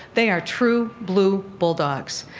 they are true blue bulldogs.